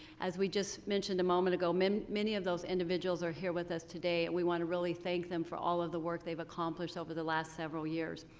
as we just mentioned a moment ago, many many of those individuals are here with us today, and we want to really thank them for all of the work they've accomplished over the last several years.